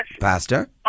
Pastor